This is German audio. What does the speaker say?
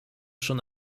schon